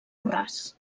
borràs